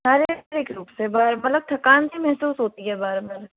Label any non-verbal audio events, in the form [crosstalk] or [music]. शारीरिक रूप से [unintelligible] मतलब थकान सी महसूस होती है बार बार